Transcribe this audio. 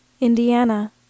Indiana